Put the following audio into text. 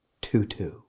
Tutu